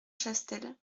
chastel